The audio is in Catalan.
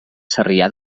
sarrià